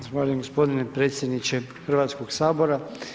Zahvaljujem gospodine predsjedniče Hrvatskog sabora.